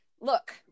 Look